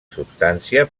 substància